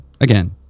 again